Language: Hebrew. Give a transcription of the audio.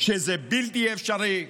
זה בלתי אפשרי,